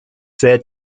said